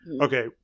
Okay